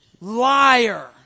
Liar